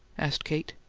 asked kate.